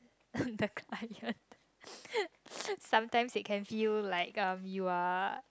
the client sometimes it can feel like um you are